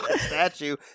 statue